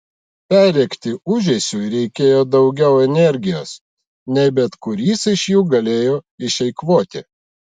perrėkti ūžesiui reikėjo daugiau energijos nei bet kuris iš jų galėjo išeikvoti